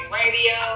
radio